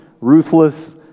ruthless